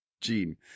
Gene